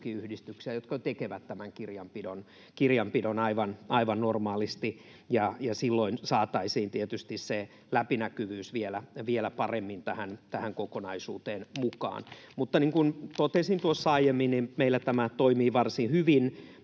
jotka tekevät tämän kirjanpidon aivan normaalisti, ja silloin saataisiin tietysti se läpinäkyvyys vielä paremmin tähän kokonaisuuteen mukaan. Mutta niin kuin totesin tuossa aiemmin, meillä tämä toimii varsin hyvin.